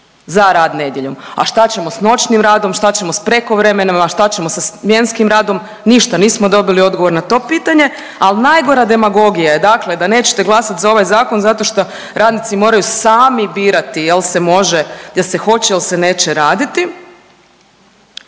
za rad nedjeljom. A šta ćemo sa noćnim radom? Šta ćemo sa prekovremenima? Šta ćemo sa smjenskim radom? Ništa! Nismo dobili odgovor na to pitanje, ali najgora demagogija je dakle da nećete glasati za ovaj zakon zato šta radnici moraju sami birati jel' se može, jel' se hoće, jel' se neće raditi.